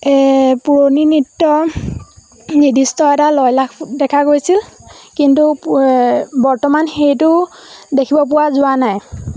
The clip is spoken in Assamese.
পুৰণি নৃত্য নিৰ্দিষ্ট এটা লয়লাস দেখা গৈছিল কিন্তু বৰ্তমান সেইটো দেখিব পোৱা যোৱা নাই